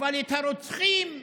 אבל לרוצחים היא,